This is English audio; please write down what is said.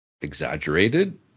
exaggerated